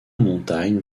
montagne